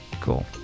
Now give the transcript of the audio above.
Cool